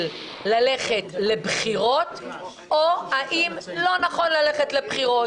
ללכת לבחירות או האם לא נכון ללכת לבחירות.